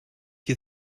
you